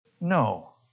No